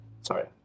Sorry